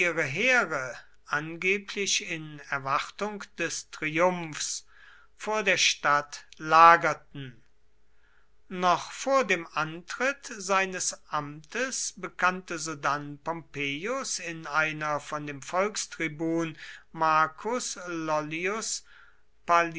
heere angeblich in erwartung des triumphs vor der stadt lagerten noch vor dem antritt seines amtes bekannte sodann pompeius in einer von dem volkstribun marcus